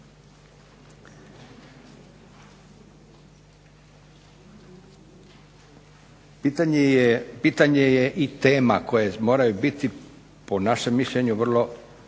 Pitanje je i tema koje moraju biti po našem mišljenju vrlo